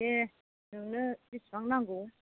दे नोंनो बेसेबां नांगौ